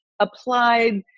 applied